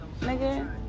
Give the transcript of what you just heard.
nigga